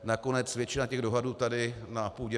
Nakonec většina dohadů tady na půdě